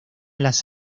las